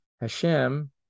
Hashem